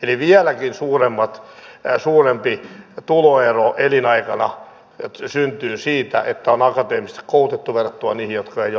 eli vieläkin suurempi tuloero elinaikana syntyy siitä että on akateemisesti koulutettu verrattuna niihin jotka eivät ole akateemisesti koulutettuja